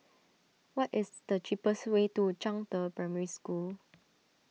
what is the cheapest way to Zhangde Primary School